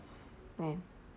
then